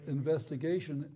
investigation